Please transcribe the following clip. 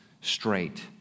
straight